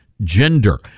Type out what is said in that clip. gender